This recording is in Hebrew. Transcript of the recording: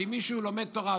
שאם מישהו לומד תורה,